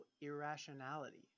irrationality